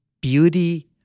beauty